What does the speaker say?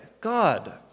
God